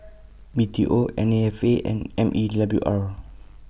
B T O N A F A and M E W R